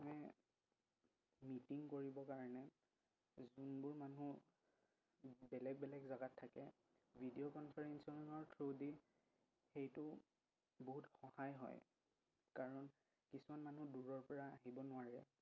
meeting কৰিবৰ কাৰণে যোনবোৰ মানুহ বেলেগ বেলেগ জেগাত থাকে ভিডিঅ' কনফাৰেঞ্চিঙৰ থ্ৰোদি সেইটো বহুত সহায় হয় কাৰণ কিছুমান মানুহ দূৰৰ পৰা আহিব নোৱাৰে